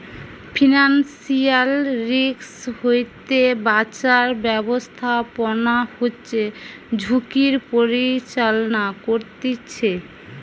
financial risk হইতে বাঁচার ব্যাবস্থাপনা হচ্ছে ঝুঁকির পরিচালনা করতিছে